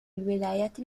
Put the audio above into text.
الولايات